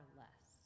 less